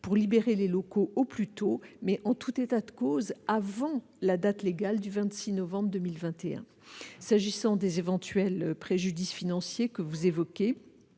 pour libérer les locaux au plus tôt et, en tout état de cause, avant la date légale du 26 novembre 2021. S'agissant des éventuels préjudices financiers que vous évoquez,